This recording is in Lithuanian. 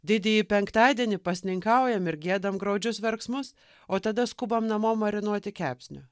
didįjį penktadienį pasninkaujam ir giedam graudžius verksmus o tada skubam namo marinuoti kepsnio